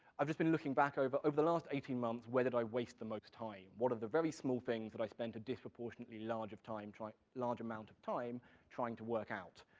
i've just been looking back over, over the last eighteen months, where did i waste the most time? what are the very small things that i spent a disproportionately large of time trying, large amount of time trying to work out?